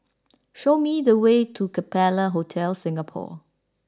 show me the way to Capella Hotel Singapore